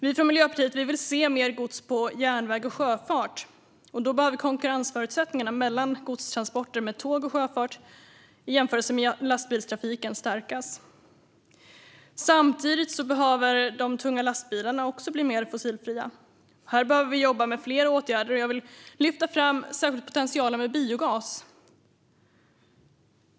Vi från Miljöpartiet vill se mer gods på järnväg och med sjöfart. Då behöver konkurrensförutsättningarna för godstransporter med tåg och sjöfart stärkas i jämförelse med lastbilstrafiken. Samtidigt behöver de tunga lastbilarna i större utsträckning bli fossilfria. Här behöver vi jobba med flera åtgärder. Jag vill särskilt lyfta fram potentialen i biogas.